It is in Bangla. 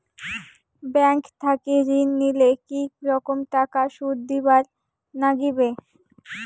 ব্যাংক থাকি ঋণ নিলে কি রকম টাকা সুদ দিবার নাগিবে?